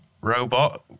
robot